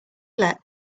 let